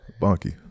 Bonky